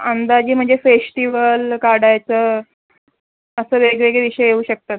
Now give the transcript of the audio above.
अंदाजे म्हणजे फेश्टीवल काढायचं असं वेगवेगळे विषय येऊ शकतात